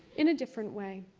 in a different way.